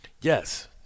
Yes